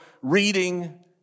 reading